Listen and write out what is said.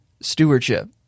stewardship